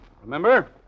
remember